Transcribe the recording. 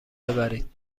ببرید